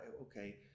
okay